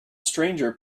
stranger